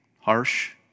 harsh